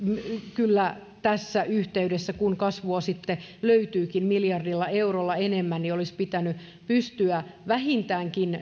kyllä tässä yhteydessä kun kasvua sitten löytyykin miljardilla eurolla enemmän pystyä vähintäänkin